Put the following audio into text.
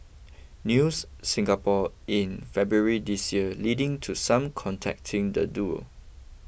News Singapore in February this year leading to some contacting the duo